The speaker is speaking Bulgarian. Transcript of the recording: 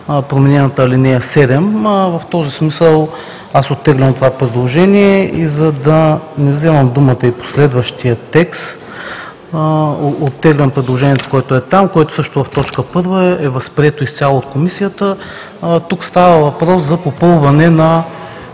променената ал. 7. В този смисъл оттеглям това предложение. За да не вземам думата и по следващия текст, оттеглям предложението, което е там, което също в т. 1 е възприето изцяло от Комисията. Тук става въпрос за попълване на